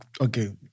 okay